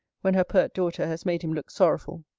when her pert daughter has made him look sorrowful?